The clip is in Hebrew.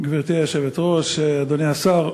גברתי היושבת-ראש, אדוני השר,